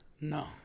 No